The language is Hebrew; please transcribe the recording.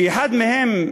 שאחד מהם,